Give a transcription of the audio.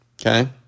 Okay